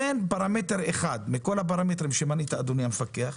אין פרמטר אחד מכל הפרמטרים שמנית, אדוני המפקח,